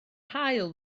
haul